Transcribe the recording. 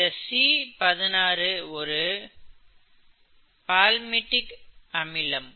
இந்த C16 ஒரு palmitic அமிலம்